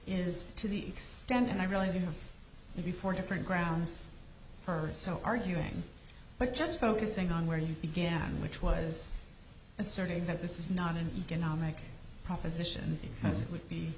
is to the extent and i realize you have before different grounds for so arguing but just focusing on where you began which was asserting that this is not an economic proposition as it would be